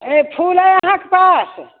ए फूल अइ अहाँकेँ पास